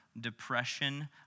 depression